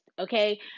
okay